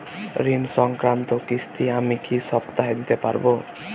ঋণ সংক্রান্ত কিস্তি আমি কি সপ্তাহে দিতে পারবো?